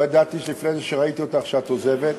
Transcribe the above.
לא ידעתי לפני זה, כשראיתי אותך, שאת עוזבת.